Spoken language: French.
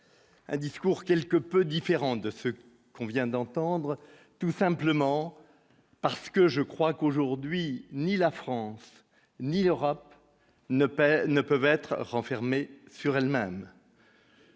Un discours quelque peu différent de ce qu'on vient d'entendre, tout simplement parce que je crois qu'aujourd'hui, ni la France ni l'Europe ne ne peuvent être renfermée sur elle-même.